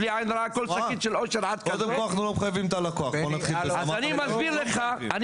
זה יפתור.